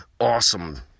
awesome